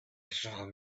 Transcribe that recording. shall